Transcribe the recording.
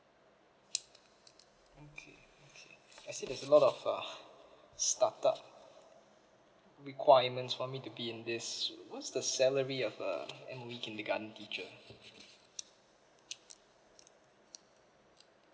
I see there's a lot of uh start up requirements for me to be in this what's the salary of a M_O_E kindergarten teacher